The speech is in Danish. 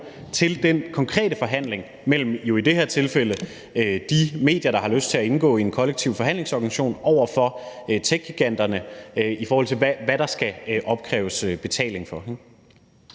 i det her tilfælde – de medier, der har lyst til at indgå i en kollektiv forhandlingsorganisation over for techgiganterne, i forhold til hvad der skal opkræves betaling for.